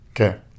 Okay